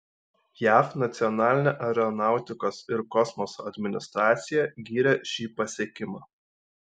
jav nacionalinė aeronautikos ir kosmoso administracija gyrė šį pasiekimą